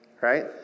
Right